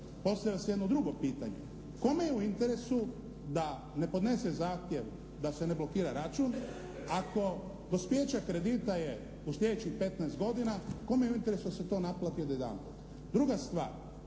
postavlja se jedno drugo pitanje. Kome je u interesu da ne podnese zahtjev da se ne blokira račun ako dospijeće kredita je u slijedećih petnaest godina, kome je u interesu da se to naplati odjedanput. Druga stvar,